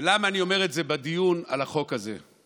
ולמה אני אומר את זה בדיון על החוק הזה?